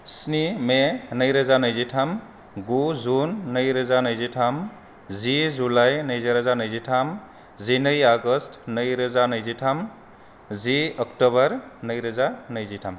स्नि मे नैरोजा नैजिथाम गु जुन नैरोजा नैजिथाम जि जुलाइ नैरोजा नैजिथाम जिनै आगष्ट नैरोजा नैजिथाम जि अक्टबर नैरोजा नैजिथाम